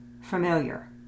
familiar